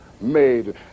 made